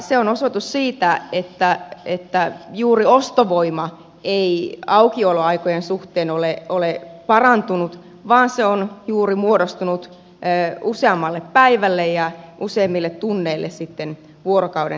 se on osoitus siitä että juuri ostovoima ei aukioloaikojen suhteen ole parantunut vaan se on muodostunut useammalle päivälle ja useammille tunneille vuorokauden sisällä